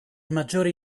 maggiori